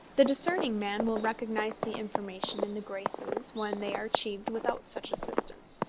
the discerning man will recognise the information and the graces when they are achieved without such assistance,